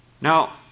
Now